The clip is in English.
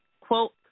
quote